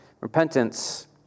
Repentance